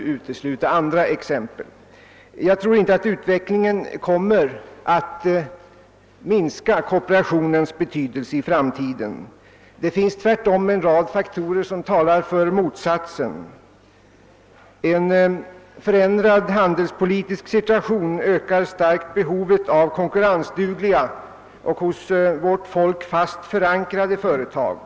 Jag tror inte att utvecklingen kommer att minska kooperationens betydelse i framtiden. Det finns tvärtom en rad faktorer som talar för motsatsen. En förändrad handelspolitisk situation ökar starkt behovet av konkurrensdugliga och hos vårt folk fast förankrade företag.